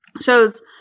shows